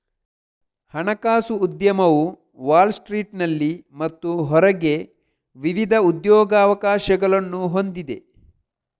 ಹಣಕಾಸು ಉದ್ಯಮವು ವಾಲ್ ಸ್ಟ್ರೀಟಿನಲ್ಲಿ ಮತ್ತು ಹೊರಗೆ ವಿವಿಧ ಉದ್ಯೋಗಾವಕಾಶಗಳನ್ನು ಹೊಂದಿದೆ